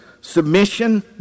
submission